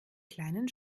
kleinen